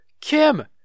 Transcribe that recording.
Kim